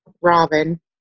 Robin